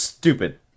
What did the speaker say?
Stupid